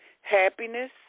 Happiness